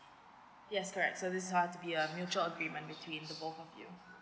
yes correct so this one to be a mutual agreement between the both of you